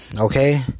okay